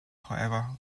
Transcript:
however